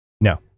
No